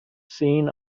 seen